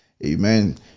Amen